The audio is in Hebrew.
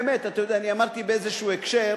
באמת, אתה יודע, אני אמרתי באיזשהו הקשר,